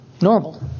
normal